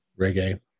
reggae